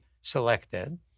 selected